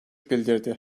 bildirdi